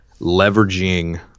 leveraging